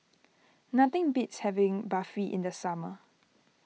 nothing beats having Barfi in the summer